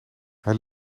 hij